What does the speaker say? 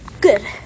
Good